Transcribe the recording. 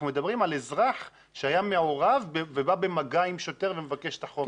אנחנו מדברים על האזרח שהיה מעורב ובא במגע עם שוטר ומבקש את החומר.